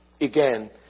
again